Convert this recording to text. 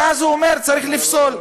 ואז הוא אומר: צריך לפסול.